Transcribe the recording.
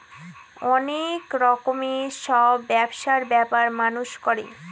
অনেক রকমের সব ব্যবসা ব্যাপার মানুষ করে